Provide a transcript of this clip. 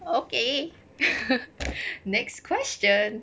okay next question